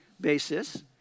basis